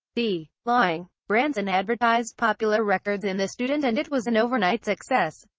d. laing. branson advertised popular records in the student and it was an overnight success.